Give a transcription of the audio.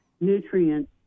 nutrients